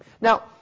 Now